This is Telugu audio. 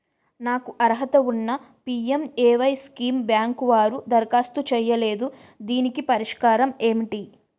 నాకు అర్హత ఉన్నా పి.ఎం.ఎ.వై స్కీమ్ బ్యాంకు వారు దరఖాస్తు చేయలేదు దీనికి పరిష్కారం ఏమిటి?